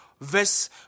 verse